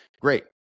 great